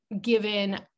Given